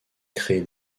crée